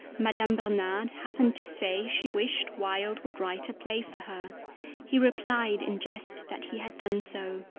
madame bernhardt happened to say she wished wilde would write a play for her he replied in jest that he had done so.